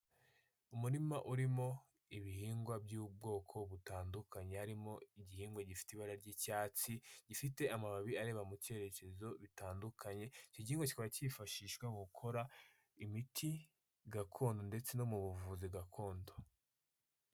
Umurima urimo ibihingwa by'ubwoko butandukanye, harimo igihingwa gifite ibara ry'icyatsi, gifite amababi areba mu byerekezo bitandukanye, iki gihingwa kikaba kifashishwa mu gukora imiti gakondo ndetse no mu buvuzi gakondo.